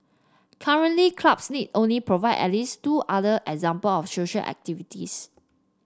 currently clubs need only provide at least two other example of social activities